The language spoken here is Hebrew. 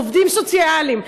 עובדים סוציאליים.